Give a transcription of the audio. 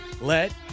let